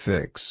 Fix